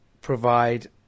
provide